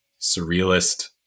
surrealist